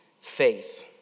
faith